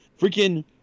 Freaking